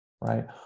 right